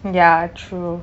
ya true